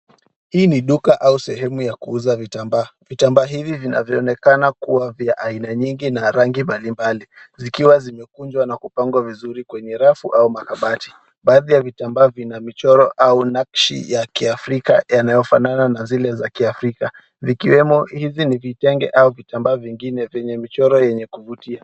Hii ni duka au sehemu ya kuuza vitambaa. Vitambaa hivi vinavyonekana kuwa vya aina nyingi na rangi mbalimbali vikiwa zimekunjwa na kupangwa vizuri kwenye rafu au makabati. Baadhi ya vitambaa vina michoro au nakshi ya kiafrika yanayofanana na zile za kiafrika. Hivi ni vitenge au vitambaa vingine vyenye michoro yenye kuvutia.